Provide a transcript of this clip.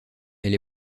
elle